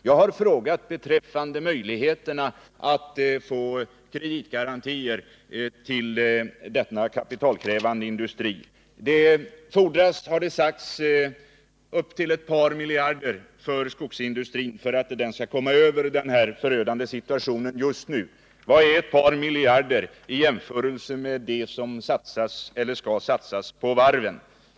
Jag har frågat om möjligheterna att få kreditgarantier till denna kapitalkrävande industri. Det fordras, har det sagts, upp till ett par miljarder för att skogsindustrin skall komma över den förödande situation den just nu befinner sig i. Vad är ett par miljarder i jämförelse med det som skall satsas på varven?